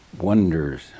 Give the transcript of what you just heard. wonders